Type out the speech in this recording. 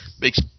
makes